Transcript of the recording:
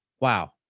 Wow